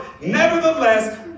Nevertheless